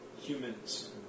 humans